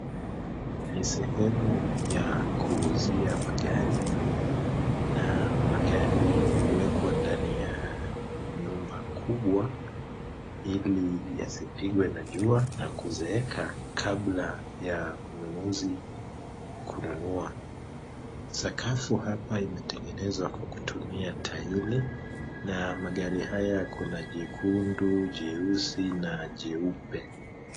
Ni sehemu ya kuuzia magari na magari huwekwa ndani ya nyumba kubwa ili yasipigwe na jua na kuzeeka kabla ya mnunuzi kununua. Sakafu hapa imetengenezwa kwa kutumuia taili na magari haya kuna jekundu, jeusi na jeupe.